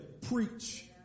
preach